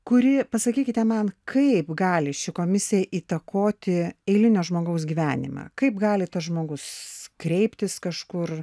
kuri pasakykite man kaip gali ši komisija įtakoti eilinio žmogaus gyvenimą kaip gali tas žmogus kreiptis kažkur